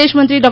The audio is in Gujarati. વિદેશમંત્રી ડો